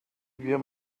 wir